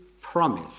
promise